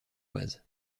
oise